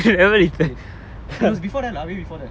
which place it was before that lah way before that